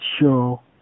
show